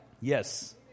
Yes